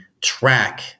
track